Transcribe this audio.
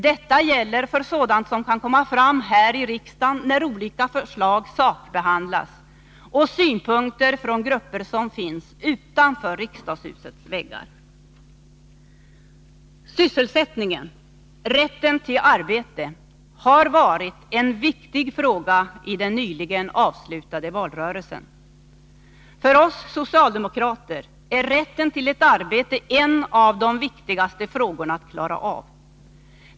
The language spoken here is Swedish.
Detta gäller för sådant som kan komma fram här i riksdagen, när olika förslag sakbehandlas, och det gäller för synpunkter från grupper som finns utanför riksdagshusets väggar. Sysselsättningen — rätten till arbete — har varit en viktig fråga i den nyligen avslutade valrörelsen. För oss socialdemokrater är rätten till ett arbete en av de viktigaste frågorna att klara av.